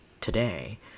today